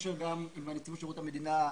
ובקשר עם נציבות שירות המדינה,